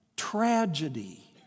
Tragedy